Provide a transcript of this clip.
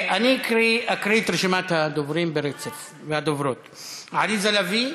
אני אקריא את רשימת הדוברים והדוברות ברצף: עליזה לביא,